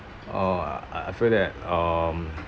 uh uh I feel that um